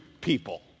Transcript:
people